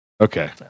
Okay